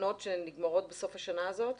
תקנות שנגמרות בסוף השנה הזאת.